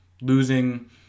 Losing